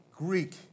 Greek